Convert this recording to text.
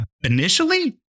initially